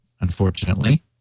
unfortunately